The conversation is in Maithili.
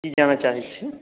की जानऽ चाहैत छियै